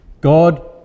God